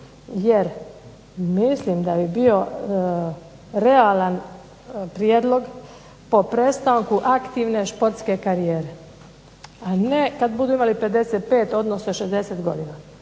jer mislim da bi bio realan prijedlog po prestanku aktivne športske karijere, a ne kad budu imali 55, odnosno 60 godina.